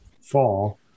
fall